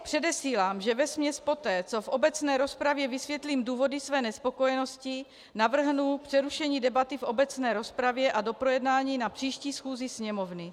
Předesílám, že vesměs poté, co v obecné rozpravě vysvětlím důvody své nespokojenosti, navrhnu přerušení debaty v obecné rozpravě a doprojednání na příští schůzi Sněmovny.